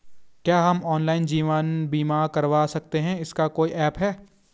क्या हम ऑनलाइन जीवन बीमा करवा सकते हैं इसका कोई ऐप है?